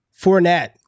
Fournette